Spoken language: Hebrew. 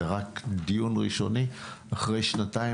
זה רק דיון ראשוני אחרי שנתיים,